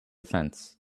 fence